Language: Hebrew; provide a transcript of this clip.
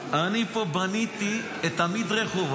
אני פה בניתי את המדרחוב.